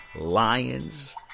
Lions